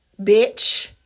Bitch